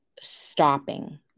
stopping